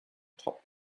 topped